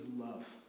love